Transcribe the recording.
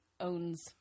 owns